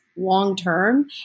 long-term